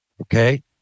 Okay